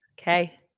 okay